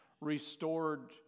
restored